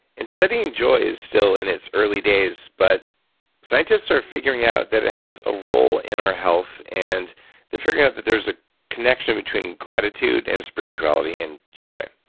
and studying joy is still in its early days but scientists are figuring out that it has a role in our health. and they're figuring out that there's a connection between gratitude and spirituality and joy.